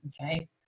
Okay